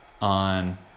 on